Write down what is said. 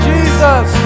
Jesus